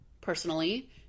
personally